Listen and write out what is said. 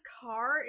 car